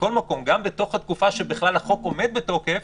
מכל מקום, גם בתקופה שבה החוק עומד בתוקף,